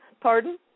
Pardon